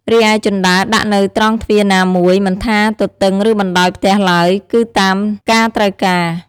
រីឯជណ្តើរដាក់នៅត្រង់ទ្វារណាមួយ មិនថាទទឹងឬបណ្តោយផ្ទះឡើយ គឺតាមការត្រូវការ ។